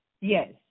Yes